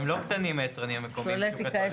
הם לא קטנים, היצרנים המקומיים, בשוק הטואלטיקה.